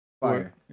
fire